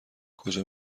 کجا